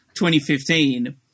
2015